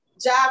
job